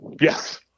Yes